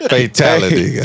Fatality